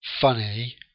funny